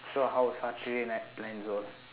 so how is saturday night plans all